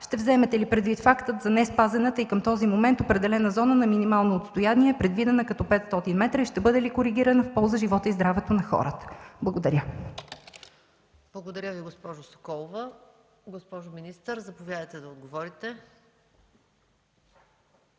Ще вземете ли предвид факта за неспазената и към този момент, определена зона на минимално отстояние, предвидена като 500 м, и ще бъде ли коригирана в полза на живота и здравето на хората? Благодаря. ПРЕДСЕДАТЕЛ МАЯ МАНОЛОВА: Благодаря, госпожо Соколова. Госпожо министър, заповядайте да отговорите.